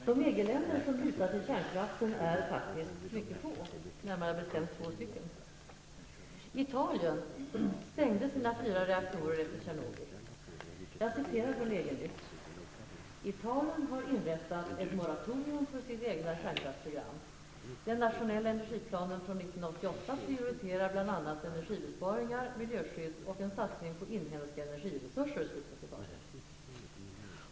De EG-länder som litar till kärnkraften är faktiskt mycket få. Närmare bestämt två stycken. Italien stängde sina fyra reaktorer efter Tjernobyl. Jag citerar från EG-Nytt: ''Italien har inrättat ett moratorium för sitt egna kärnkraftprogram. Den nationella energiplanen, från 1988, prioriterar bl.a. energibesparingar, miljöskydd och en satsning på inhemska energiresurser.''